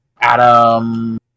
Adam